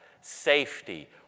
safety